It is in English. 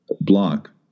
block